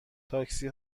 تاکسی